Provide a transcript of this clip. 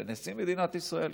לנשיא מדינת ישראל,